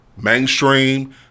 mainstream